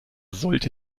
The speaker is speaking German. sollte